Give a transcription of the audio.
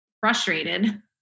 frustrated